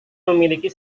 memiliki